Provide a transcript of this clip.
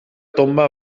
tomba